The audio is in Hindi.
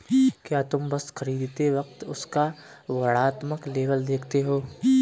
क्या तुम वस्तु खरीदते वक्त उसका वर्णात्मक लेबल देखते हो?